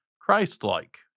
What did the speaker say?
Christ-like